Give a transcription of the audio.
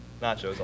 nachos